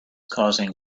causing